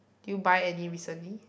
did you buy any recently